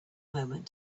moment